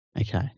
Okay